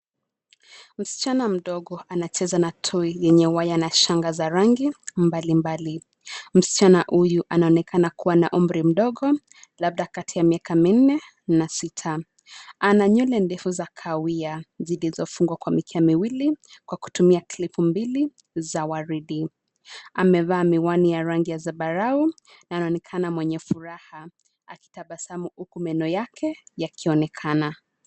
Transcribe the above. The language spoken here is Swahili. Msichana mdogo anacheza na toy yenye waya na shangaa za rangi mbalimbali. Msichana huyu anaonekana kuwa na umri mdogo labda kati ya miaka minne na sita. Ana nywele ndefu za kahawia zilizofungwa kwa mikia miwili kwa kutumia klipu mbili za waridi. Amevaa miwani ya rangi ya zambarau, na anaonekana mwenye furaha akitabasamu huku meno yake yakionekana.